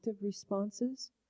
responses